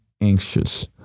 anxious